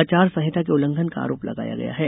आचार संहिता के उल्लंघन का आरोप लगाया गया है